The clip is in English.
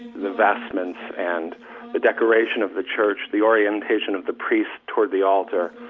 the vestments and the decoration of the church, the orientation of the priests toward the altar,